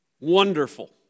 wonderful